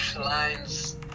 lines